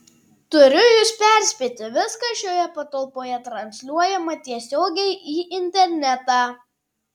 turiu jus perspėti viskas šioje patalpoje transliuojama tiesiogiai į internetą